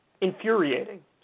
infuriating